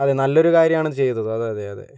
അതെ നല്ലൊരു കാര്യമാണ് ചെയ്തത് അതെ അതെ അതെ